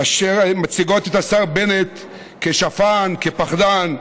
אשר מציגות את השר בנט כשפן, כפחדן,